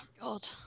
God